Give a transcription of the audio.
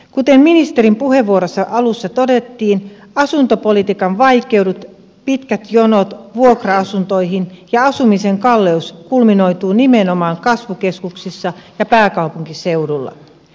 kuten ministerin puheenvuorossa alussa todettiin asuntopolitiikan vaikeudet pitkät jonot vuokra asuntoihin ja asumisen kalleus kulminoituvat nimenomaan kasvukeskuksissa ja pääkaupunkiseudulla